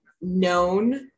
known